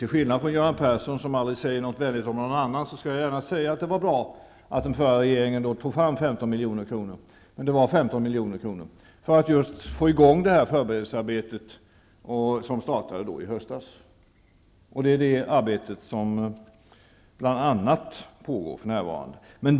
Till skillnad från Göran Persson, som aldrig säger någonting vänligt om någon annan, skall jag gärna säga att det var bra att den förra regeringen tog fram 15 milj.kr. för att få i gång förberedelsearbetet, som startade då i höstas. Det arbetet pågår för närvarande.